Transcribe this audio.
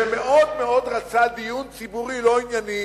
שמאוד מאוד רצה דיון ציבורי לא ענייני,